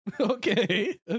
okay